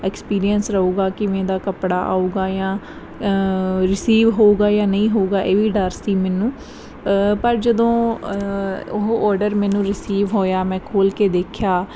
experience ਰਹੂਗਾ ਕਿਵੇਂ ਦਾ ਕੱਪੜਾ ਆਊਗਾ ਜਾਂ ਰਿਸੀਵ ਹੋਊਗਾ ਜਾਂ ਨਹੀਂ ਹੋਊਗਾ ਇਹ ਵੀ ਡਰ ਸੀ ਮੈਨੂੰ ਪਰ ਜਦੋਂ ਉਹ ਆਰਡਰ ਮੈਨੂੰ ਰਿਸੀਵ ਹੋਇਆ ਮੈਂ ਖੋਲ੍ਹ ਕੇ ਦੇਖਿਆ